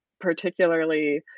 particularly